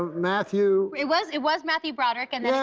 matthew. it was it was matthew broderick. and